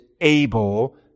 able